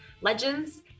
legends